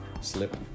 Slip